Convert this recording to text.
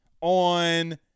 On